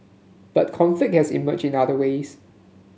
but conflict has emerged in other ways